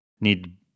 need